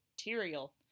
material